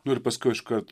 nu ir paskiau iškart